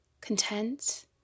content